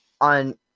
on